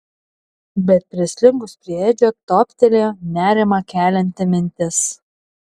bet prislinkus prie edžio toptelėjo nerimą kelianti mintis